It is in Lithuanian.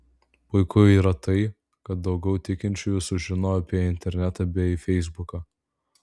puiku yra tai kad daugiau tikinčiųjų sužinojo apie internetą bei feisbuką